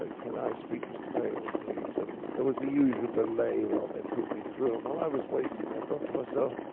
ah can i speak to mr. palin, please. and there was the usual delay while they put me through. and while i was waiting, i thought myself,